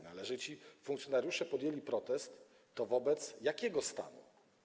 No, ale ci funkcjonariusze podjęli protest wobec jakiego stanu?